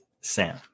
Sam